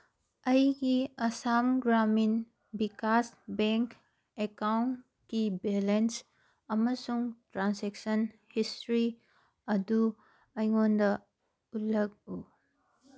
ꯑꯩꯒꯤ ꯑꯁꯥꯝ ꯒ꯭ꯔꯥꯃꯤꯟ ꯕꯤꯀꯥꯁ ꯕꯦꯡ ꯑꯦꯀꯥꯎꯟꯀꯤ ꯕꯦꯂꯦꯟꯁ ꯑꯃꯁꯨꯡ ꯇ꯭ꯔꯥꯟꯁꯦꯛꯁꯟ ꯍꯤꯁꯇ꯭ꯔꯤ ꯑꯗꯨ ꯑꯩꯉꯣꯟꯗ ꯎꯠꯂꯛꯎ